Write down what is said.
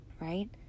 right